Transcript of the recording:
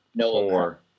Four